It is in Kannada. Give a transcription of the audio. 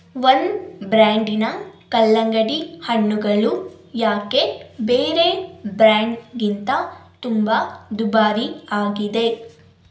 ಒಂದು ಬ್ರ್ಯಾಂಡಿನ ಕಲ್ಲಂಗಡಿ ಹಣ್ಣುಗಳು ಯಾಕೆ ಬೇರೆ ಬ್ರ್ಯಾಂಡ್ಗಿಂತ ತುಂಬ ದುಬಾರಿ ಆಗಿದೆ